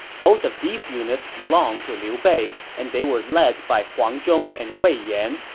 both of these units belonged to liu bei, and they were led by huang zhong and wei yan,